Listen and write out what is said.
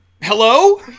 Hello